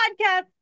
podcast